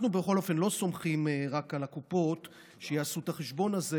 אנחנו בכל אופן לא סומכים רק על הקופות שיעשו את החשבון הזה,